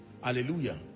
Hallelujah